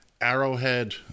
Arrowhead